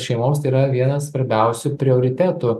šeimoms tai yra vienas svarbiausių prioritetų